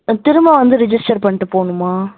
திரும்ப வந்து ரிஜிஸ்டர் பண்ணிட்டு போகணுமா